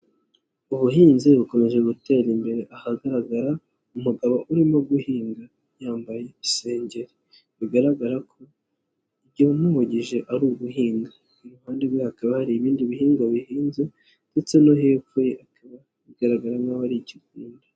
Ubuhinzi bukomeje gutera imbere, ahagaragara umugabo urimo guhinga yambaye isengeri, bigaragara ko ibimuhugije ari uguhinga. iruhande rwe hakaba hari ibindi bihingwa bihinze ndetse no hepfo ye hakaba hari kugaragara nkaho ari ikigunda.